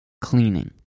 cleaning